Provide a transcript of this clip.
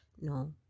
No